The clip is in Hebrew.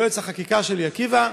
וליועץ החקיקה שלי עקיבא.